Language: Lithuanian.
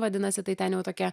vadinasi tai ten jau tokia